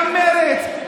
גם מרצ,